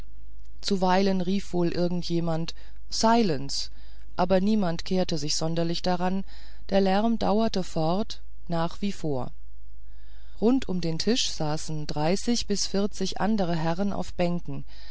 zuweilen rief wohl irgend jemand silence aber niemand kehrte sich sonderlich daran der lärm dauerte fort nach wie vor rund um den tisch saßen dreißig bis vierzig andere herren auf bänken